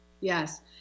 Yes